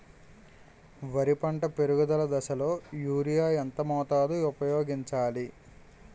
వరి పంట పెరుగుదల దశలో యూరియా ఎంత మోతాదు ఊపయోగించాలి?